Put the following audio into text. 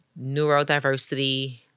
Neurodiversity